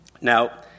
Now